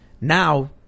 Now